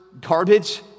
garbage